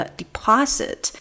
deposit